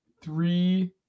three